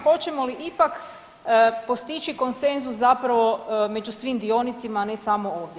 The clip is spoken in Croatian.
Hoćemo li ipak postići konsenzus zapravo među svim dionicima, a ne samo ovdje?